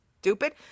stupid